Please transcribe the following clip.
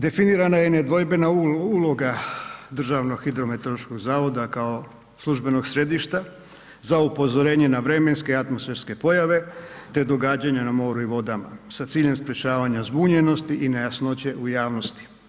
Definirana je i nedvojbena uloga Državnog hidrometeorološkog zavoda kao službenog središta za upozorenje na vremenske, atmosferske pojave te događanja na moru i vodama sa ciljem sprječavanja zbunjenosti i nejasnoće u javnosti.